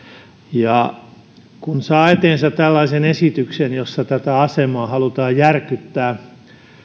kun saa eteensä tällaisen esityksen jossa tätä asemaa halutaan järkyttää